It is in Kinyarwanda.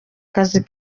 kazi